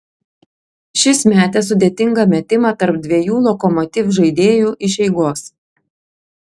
šis metė sudėtingą metimą tarp dviejų lokomotiv žaidėjų iš eigos